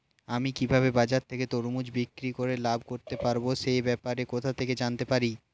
আমি কিভাবে বাজার থেকে তরমুজ বিক্রি করে লাভ করতে পারব সে ব্যাপারে কোথা থেকে জানতে পারি?